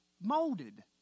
molded